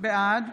בעד